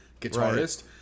guitarist